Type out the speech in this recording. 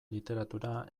literatura